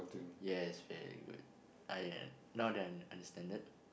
yes very good I now then I understand that